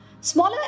Smaller